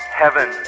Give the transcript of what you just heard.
heaven